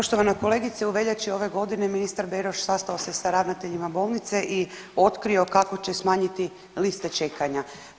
Poštovana kolegice u veljači ove godine ministar Beroš sastao se sa ravnateljima bolnice i otkrio kako će smanjiti liste čekanja.